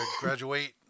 graduate